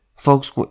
Folks